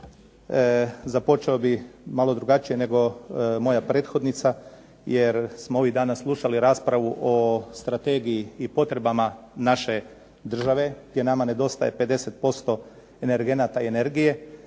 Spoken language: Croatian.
započeo bih malo drugačije nego moja prethodnica, jer smo ovih dana slušali raspravu o strategiji i potrebama naše države gdje nama nedostaje 50% energenata i energije.